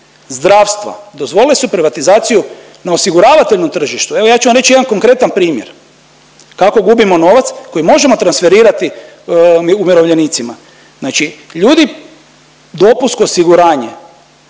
zdravstva, dozvoli su privatizaciju na osiguravateljnom tržištu. Evo ja ću vam reći jedan konkretna primjer kako gubimo novac koji možemo transferirati umirovljenicima. Znači ljudi dopunsko osiguranje